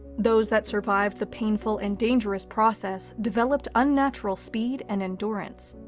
those that survived the painful and dangerous process developed unnatural speed and endurance.